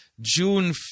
June